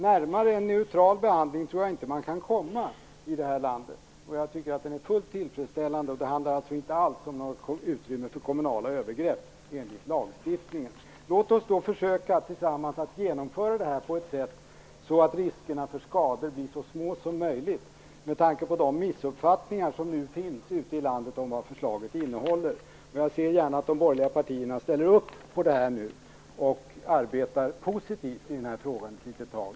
Närmare en neutral behandling tror jag inte man kan komma i det här landet. Jag tycker att den är fullt tillfredsställande. Det handlar inte alls om att lämna utrymme för några kommunala övergrepp enligt lagstiftningen. Låt oss då försöka att tillsammans genomföra det här på ett sätt som gör att riskerna för skador blir så små som möjligt med tanke på de missuppfattningar som nu finns ute i landet om vad förslaget innebär. Jag ser gärna att de borgerliga partierna ställer upp och arbetar positivt i denna fråga.